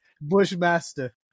Bushmaster